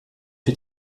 die